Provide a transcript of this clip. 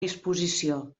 disposició